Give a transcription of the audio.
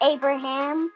Abraham